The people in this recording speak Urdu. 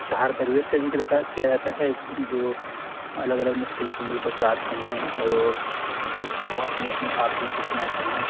چہار درویش کا ذکر کیا جاتا ہے جو الگ الگ مختلف ملکوں سے آتے ہیں اور کس طرح وہ اپنی اپنی آپ بیتی سناتے ہیں